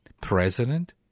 President